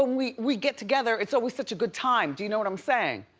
um we we get together, it's always such a good time. do you know what i'm saying?